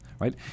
right